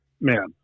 man